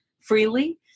freely